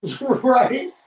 right